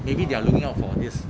maybe they're looking for this